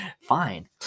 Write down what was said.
Fine